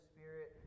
Spirit